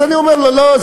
אני אומר: לא,